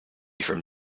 from